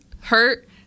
hurt